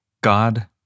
God